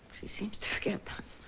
she seems to forget that.